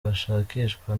bashakishwa